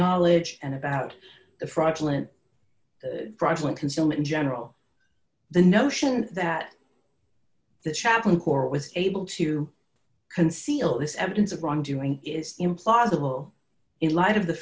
knowledge and about the fraudulent fraudulent consume in general the notion that the chaplain corps was able to conceal this evidence of wrongdoing is implausible in light of the